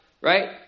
Right